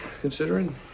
considering